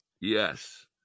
yes